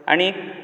आनीक